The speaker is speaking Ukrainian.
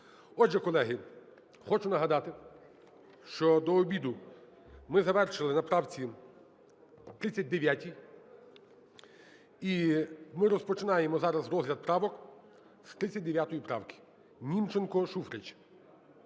Отже, колеги, хочу нагадати, що до обіду ми завершили на правці 39. І ми розпочинаємо зараз розгляд правок з 39 правки (Німченко, Шуфрич).